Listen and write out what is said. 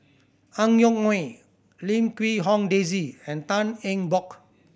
Ang Yoke Mooi Lim Quee Hong Daisy and Tan Eng Bock